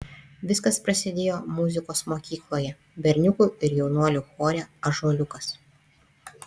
viskas prasidėjo muzikos mokykloje berniukų ir jaunuolių chore ąžuoliukas